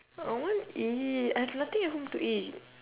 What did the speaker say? I want eat I have nothing at home to eat